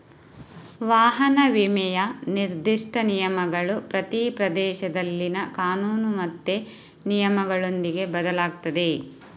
ವಾಹನ ವಿಮೆಯ ನಿರ್ದಿಷ್ಟ ನಿಯಮಗಳು ಪ್ರತಿ ಪ್ರದೇಶದಲ್ಲಿನ ಕಾನೂನು ಮತ್ತೆ ನಿಯಮಗಳೊಂದಿಗೆ ಬದಲಾಗ್ತದೆ